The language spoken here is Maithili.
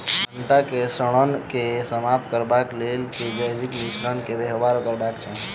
भंटा केँ सड़न केँ समाप्त करबाक लेल केँ जैविक मिश्रण केँ व्यवहार करबाक चाहि?